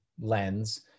lens